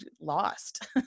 lost